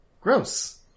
Gross